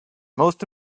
most